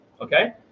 okay